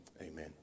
amen